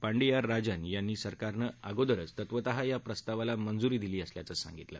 पांडिया राजन यांनी सरकारनं अगोदरच तत्वतः या प्रस्तावाला मंजुरी दिली असल्याचं सांगितलं